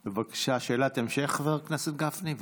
בבקשה, שאלת המשך, חבר הכנסת גפני.